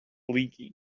leaking